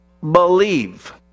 believe